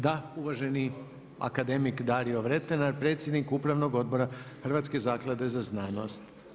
Da, uvaženi akademik Dario Vretena, predsjednik Upravnog odbora Hrvatske zaklade za znanost.